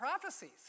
prophecies